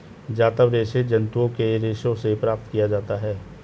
जांतव रेशे जंतुओं के रेशों से प्राप्त किया जाता है